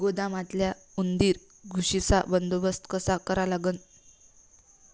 गोदामातल्या उंदीर, घुशीचा बंदोबस्त कसा करा लागन?